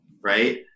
right